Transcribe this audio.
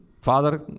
Father